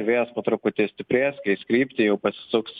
vėjas po truputį stiprės keis kryptį jau pasisuks